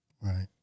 Right